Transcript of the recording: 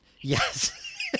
yes